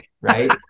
Right